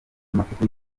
amafoto